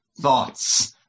Thoughts